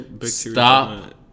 Stop